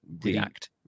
react